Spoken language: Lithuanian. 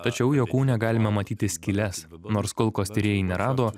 tačiau jo kūne galime matyti skyles nors kulkos tyrėjai nerado